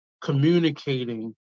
communicating